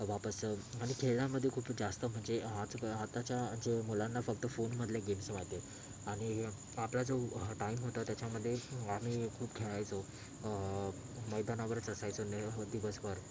वापस आणि खेळामधे खूप जास्त म्हणजे आजका आताच्या जे मुलांना फक्त फोनमधले गेम्स माहिती आहे आणि आपला जो टाईम होता त्याच्यामध्ये आम्ही खूप खेळायचो मैदानावरच असायचो नेहमी दिवसभर